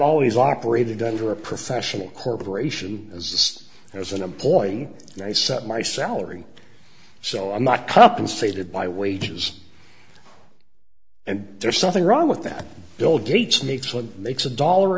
always operated under a professional corporation as as an employee and i set my salary so i'm not compensated by wages and there's something wrong with that bill gates makes what makes a dollar